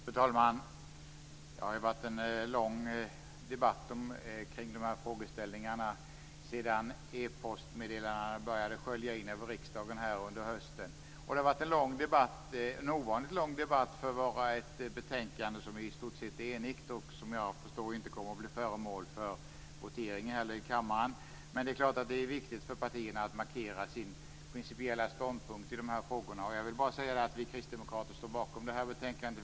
Fru talman! Det har ju varit en lång debatt omkring de här frågeställningarna sedan epostmeddelandena började skölja in över riksdagen under hösten. Det har också varit en ovanligt lång debatt här i dag för att gälla ett betänkande där vi är i stort eniga och som, förstår jag, inte heller kommer att bli föremål för votering i kammaren. Men det är klart att det är viktigt för partierna att markera sina principiella ståndpunkter i den här frågan. Jag vill bara säga att vi kristdemokrater står bakom det här betänkandet.